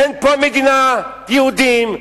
אין פה מדינת יהודים,